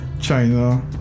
China